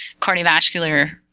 cardiovascular